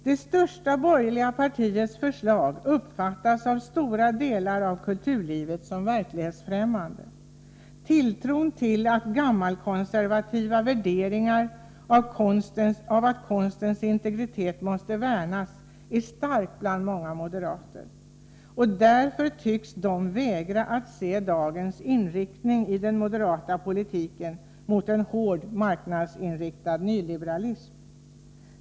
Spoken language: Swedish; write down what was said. Det största borgerliga partiets förslag uppfattas av stora delar av kulturlivet som verklighetsfrämmande. Tilltron till gammalkonservativa värderingar av att konstens integritet måste värnas är stark hos många moderater. Därför tycks de vägra att se dagens inriktning i den moderata politiken mot en hårt marknadsinriktad nyliberalism.